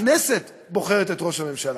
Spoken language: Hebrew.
הכנסת בוחרת את ראש הממשלה.